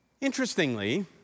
Interestingly